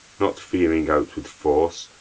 not fearing outward force,